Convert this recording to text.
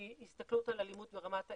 שהיא הסתכלות על אלימות ברמת העיר,